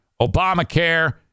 Obamacare